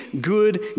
good